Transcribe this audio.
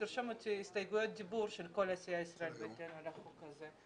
תרשום אותי להסתייגויות דיבור של כל סיעת ישראל ביתנו על החוק הזה.